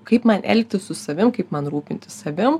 kaip man elgtis su savim kaip man rūpintis savim